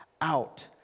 out